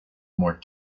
more